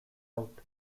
out